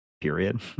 period